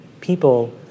people